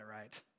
right